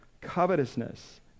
covetousness